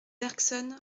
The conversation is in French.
bergson